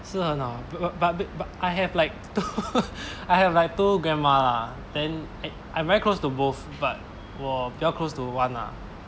是很好 b~ b~ but I have like I have like two grandma lah then I I'm very close to both but 我比较 close to one ah